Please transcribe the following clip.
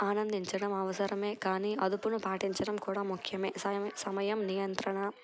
ఆనందించడం అవసరమే కానీ అదుపును పాటించడం కూడా ముఖ్యమే స సమయం నియంత్రణ